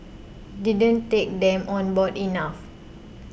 didn't take them on board enough